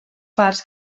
parts